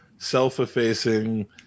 self-effacing